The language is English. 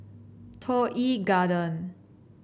Toh Yi Garden